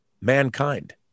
mankind